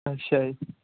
ਅੱਛਾ ਜੀ